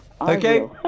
Okay